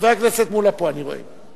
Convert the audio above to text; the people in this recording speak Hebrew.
אני רואה.